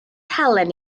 halen